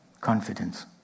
confidence